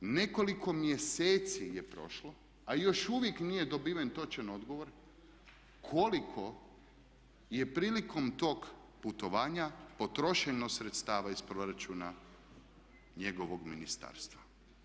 Nekoliko mjeseci je prošlo a još uvijek nije dobiven točan odgovor koliko je prilikom tog putovanja potrošeno sredstava iz proračuna njegovog ministarstva.